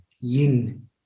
yin